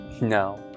No